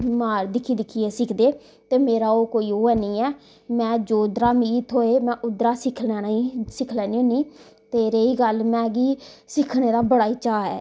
दिक्खी दिक्खयै सिखदे ते मेरा ओह् कोई ओह् हन्नी ऐ मैं जुद्धरा मिगी थ्होए में उद्धरा सिक्खी लैना सिक्खी लैनी हुन्नी ते रेही गल्ल मिगी सिक्खने दा बड़ा ही चा ऐ